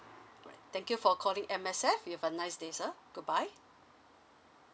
right thank you for calling M_S_F you have a nice day sir goodbye